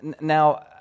Now